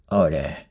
order